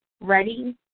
Ready